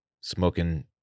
Smoking